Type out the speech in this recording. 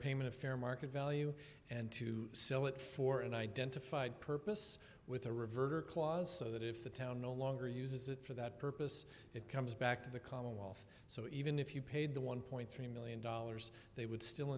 payment of fair market value and to sell it for an identified purpose with a revert or clause so that if the town no longer uses it for that purpose it comes back to the commonwealth so even if you paid the one point three million dollars they would still